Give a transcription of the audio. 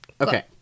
Okay